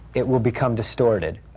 it will become distorted.